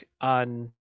on